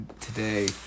today